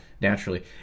naturally